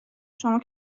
شما